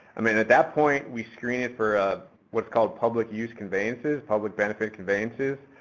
i mean, at that point we screen it for ah what's called public use conveyances, public benefit conveyances.